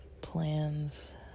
Plans